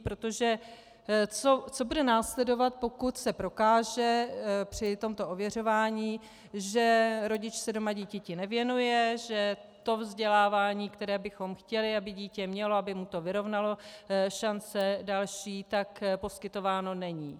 Protože co bude následovat, pokud se prokáže při tomto ověřování, že rodič se doma dítěti nevěnuje, že to vzdělávání, které bychom chtěli, aby dítě mělo, aby mu to vyrovnalo další šance, tak poskytováno není?